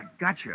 gotcha